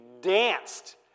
danced